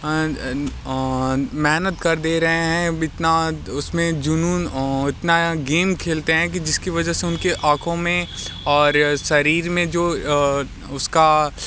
मेहनत कर दे रहे हैं इतना उसमें जुनून इतना गेम खेलते हैं कि जिसकी वजह से उनके आँखों में और शरीर में जो उसका